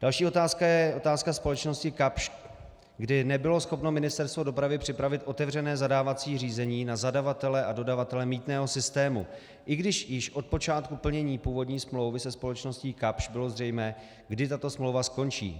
Další otázka je otázka společnosti Kapsch, kdy nebylo schopno Ministerstvo dopravy připravit otevřené zadávací řízení na zadavatele a dodavatele mýtného systému, i když již od počátku plnění původní smlouvy se společností Kapsch bylo zřejmé, kdy tato smlouva skončí.